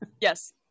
Yes